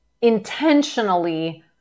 intentionally